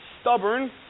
stubborn